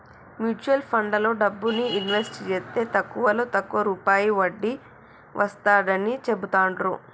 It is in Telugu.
మ్యూచువల్ ఫండ్లలో డబ్బుని ఇన్వెస్ట్ జేస్తే తక్కువలో తక్కువ రూపాయి వడ్డీ వస్తాడని చెబుతాండ్రు